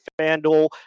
FanDuel